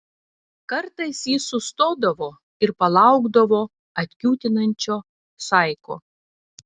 kartais jis sustodavo ir palaukdavo atkiūtinančio saiko